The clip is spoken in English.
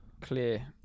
clear